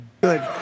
good